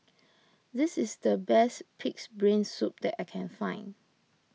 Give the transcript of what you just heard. this is the best Pig's Brain Soup that I can find